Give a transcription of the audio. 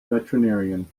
veterinarian